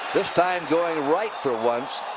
this time going right for once.